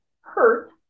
hurt